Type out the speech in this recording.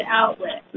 outlet